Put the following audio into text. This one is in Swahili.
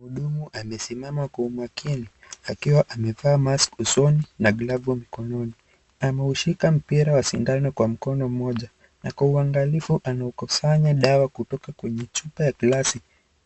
Mhudumu amesimama kwa umakini, akiwa amevaa mask usoni na glavu mkononi. Ameushika mpira wa sindano kwa mkono mmoja na kwa uangalifu anakusanya dawa kutoka kwenye chupa ya gilasi,